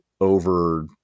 over